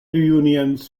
reunions